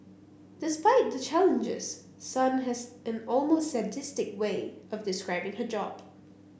despite the challenges Sun has an almost sadistic way of describing her job